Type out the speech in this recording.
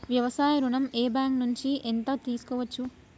వ్యవసాయ ఋణం ఏ బ్యాంక్ నుంచి ఎంత తీసుకోవచ్చు?